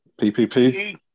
PPP